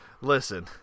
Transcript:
Listen